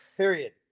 Period